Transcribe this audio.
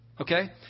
Okay